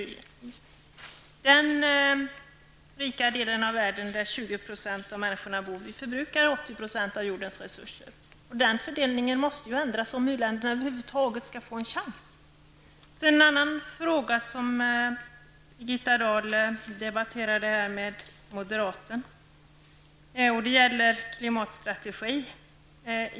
I den rika delen av världen, där 20 % av alla människor bor, förbrukas 80 % av jordens resurser. Det måste bli en ändring beträffande den fördelningen om u-länderna över huvud taget skall ha en chans. En annan fråga som Birgitta Dahl debatterade med moderaternas representant gäller klimatstrategin.